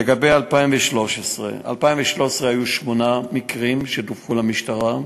לגבי 2013, ב-2013 היו שמונה מקרים שדווחו למשטרה.